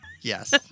Yes